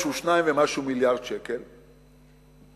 שהוא 2 מיליארדי שקל ומשהו,